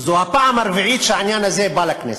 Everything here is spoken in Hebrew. זו הפעם הרביעית שהעניין הזה בא לכנסת.